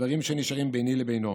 דברים שנשארים ביני לבינו.